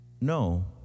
No